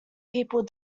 people